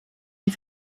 die